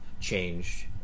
changed